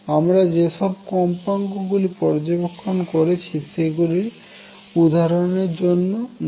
আমরা যেসব কম্পাঙ্ক গুলি পর্যবেক্ষণ করেছি সেগুলি উদাহরনের জন্য নয়